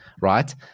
right